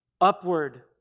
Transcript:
Upward